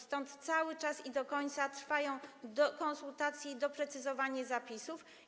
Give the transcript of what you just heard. Stąd cały czas, do końca, trwają konsultacje i doprecyzowywanie zapisów.